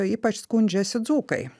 ypač skundžiasi dzūkai